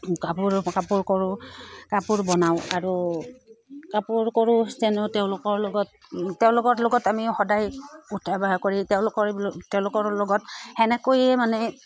কাপোৰ কাপোৰ কৰোঁ কাপোৰ বনাওঁ আৰু কাপোৰ কৰোঁ তেওঁলোকৰ লগত তেওঁলোকৰ লগত আমি সদায় উঠা বঢ়া কৰি তেওঁলোকৰ তেওঁলোকৰ লগত সেনেকৈয়ে মানে